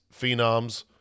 phenoms